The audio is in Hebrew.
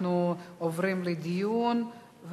אנחנו עוברים לדיון,